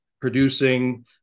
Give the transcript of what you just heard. producing